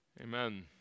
Amen